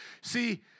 See